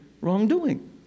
wrongdoing